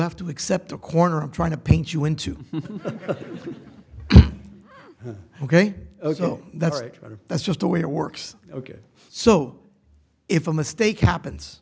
have to accept a corner i'm trying to paint you into ok that's right that's just the way it works ok so if a mistake happens